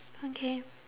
okay